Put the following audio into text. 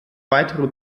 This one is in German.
weitere